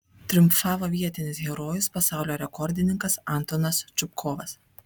triumfavo vietinis herojus pasaulio rekordininkas antonas čupkovas